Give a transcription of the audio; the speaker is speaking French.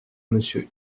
monsieur